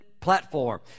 platform